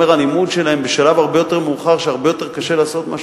הלימוד שלהם בשלב הרבה יותר מאוחר כשהרבה יותר קשה לעשות משהו,